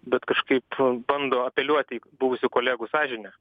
bet kažkaip bando apeliuoti į buvusių kolegų sąžinę